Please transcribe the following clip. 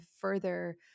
further